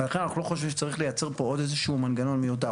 ולכן אנחנו לא חושבים שצריך לייצר פה עוד איזה שהוא מנגנון מיותר.